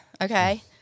okay